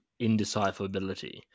indecipherability